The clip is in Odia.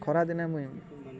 ଖରାଦିନେ ମୁଇଁ